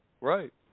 Right